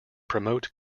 promote